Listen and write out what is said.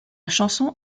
chanson